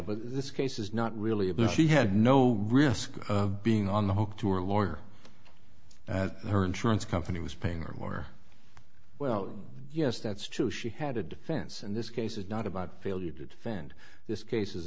but this case is not really about she had no risk of being on the hook to her lawyer that her insurance company was paying or more well yes that's true she had a defense and this case is not about failure to defend this case